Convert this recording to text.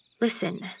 Listen